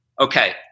okay